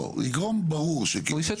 לא, יגרום ברור שכן.